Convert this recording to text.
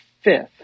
fifth